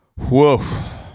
Whoa